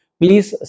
please